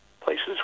places